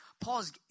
Paul's